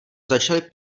začali